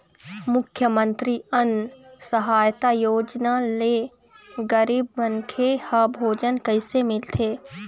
मुख्यमंतरी अन्न सहायता योजना ले गरीब मनखे ह भोजन कइसे मिलथे?